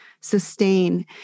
sustain